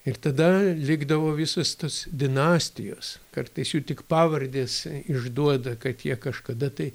ir tada likdavo visos tos dinastijos kartais jų tik pavardės išduoda kad jie kažkada tai